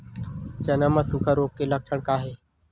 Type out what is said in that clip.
चना म सुखा रोग के लक्षण का हे?